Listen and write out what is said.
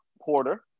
Porter